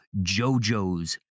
jojo's